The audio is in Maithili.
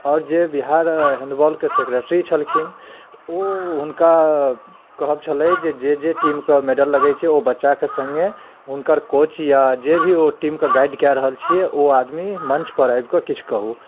आओर जे बिहार हेण्डबौल कऽ सेक्रेटरी छलखिन ओ हुनका कहब छलै जे जे जे टीम कऽ मेडल लगै छै ओ बच्चा कऽ सङ्गे हुनकर कोच या जे भी ओ टीम कऽ गाइड कै रहल छियै ओ आदमी मञ्च पर आबि कऽ किछु कहूँ